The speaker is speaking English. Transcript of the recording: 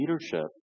leadership